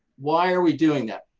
why are we doing that.